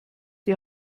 die